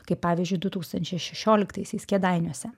kaip pavyzdžiui du tūkstančiai šešioliktaisiais kėdainiuose